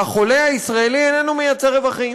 והחולה הישראלי איננו יוצר רווחים,